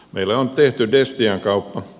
meillä on tehty destian kauppa